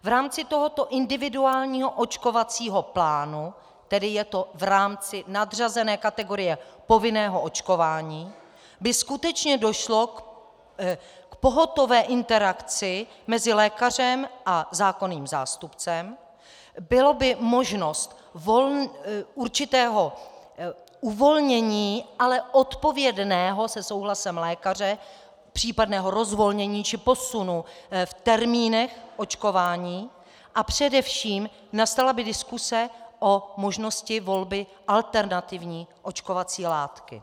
V rámci tohoto individuálního očkovacího plánu, tedy je to v rámci nadřazené kategorie povinného očkování, by skutečně došlo k pohotové interakci mezi lékařem a zákonným zástupcem, byla by možnost určitého uvolnění, ale odpovědného se souhlasem lékaře, případného rozvolnění či posunu v termínech očkování, a především by nastala diskuse o možnosti volby alternativní očkovací látky.